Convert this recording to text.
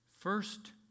First